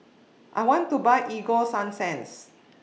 I want to Buy Ego Sunsense